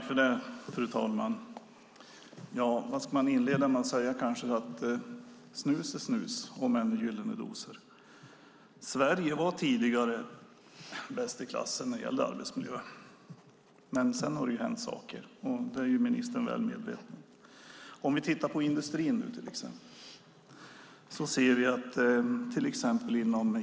Fru talman! Vad ska man säga? Snus är snus om än i gyllne dosor. Sverige var tidigare bäst i klassen när det gällde arbetsmiljö. Men det har hänt saker, och det är ministern väl medveten om. Låt oss titta på industrin.